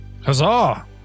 Huzzah